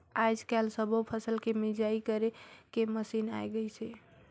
आयज कायल सब्बो फसल के मिंजई करे के मसीन आये गइसे